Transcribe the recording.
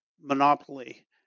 monopoly